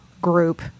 group